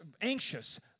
anxious